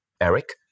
Eric